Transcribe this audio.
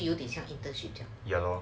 有点像 internship 这样